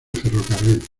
ferrocarril